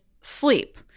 sleep